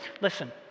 listen